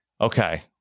Okay